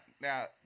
now